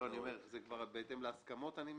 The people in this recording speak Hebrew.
זה כבר בהתאם להסכמות, אני מבין.